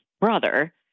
brother